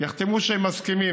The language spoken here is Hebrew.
יחתמו שהם מסכימים.